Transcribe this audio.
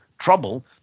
trouble